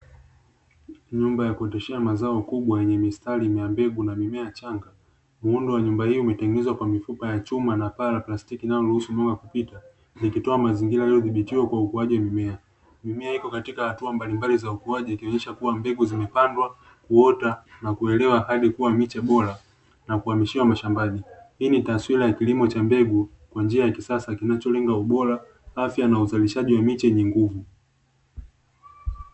Nyumba ya kuendeshea mazao kubwa yenye mistari imea mbegu na mimea changa, muundo wa nyumba hii umetengeneza kwa mifupa ya chuma na paa plastiki inayoruhusu moyo wa kupita likitoa mazingira leo dhibitiwa kwa ukuaji wa mimea, mimea iko katika hatua mbalimbali za ukuaji akionyesha kuwa mbegu zimepandwa kuota na kuelewa hadi kuwa miche bora na kuhamishiwa mashambani, hii ni taswira ya kilimo cha mbegu kwa njia ya kisasa kinacholenga ubora afya na uzalishaji wa miche yenye nguvu.